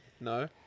no